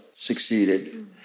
succeeded